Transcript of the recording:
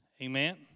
Amen